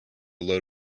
load